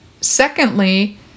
secondly